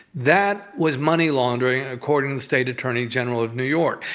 that was money laundering, according the state attorney general of new york.